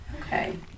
okay